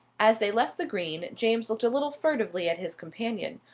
as they left the green james looked a little furtively at his companion.